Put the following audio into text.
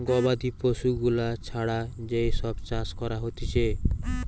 গবাদি পশু গুলা ছাড়া যেই সব চাষ করা হতিছে